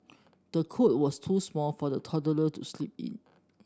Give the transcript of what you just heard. the cot was too small for the toddler to sleep in